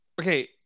Okay